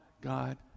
God